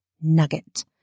nugget